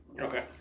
Okay